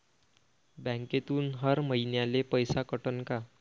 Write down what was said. बँकेतून हर महिन्याले पैसा कटन का?